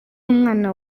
umwana